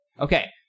Okay